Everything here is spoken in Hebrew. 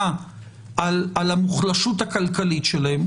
אנחנו נמצאים הרי בשלב של הרישום.